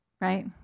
right